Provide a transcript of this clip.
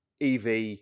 EV